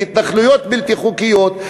בהתנחלויות בלתי חוקיות,